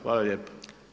Hvala lijepo.